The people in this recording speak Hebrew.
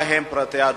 מה הם פרטיה?